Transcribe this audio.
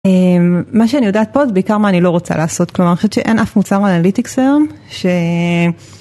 מה שאני יודעת פה זה בעיקר מה אני לא רוצה לעשות. כלומר אני חושבת שאין אף מוצר אנליטיקס היום ש...